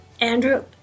Andrew